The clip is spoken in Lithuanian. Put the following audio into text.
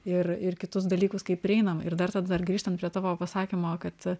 ir ir kitus dalykus kai prieinam ir dar tada dar grįžtant prie tavo pasakymo kad